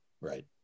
right